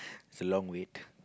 a long wait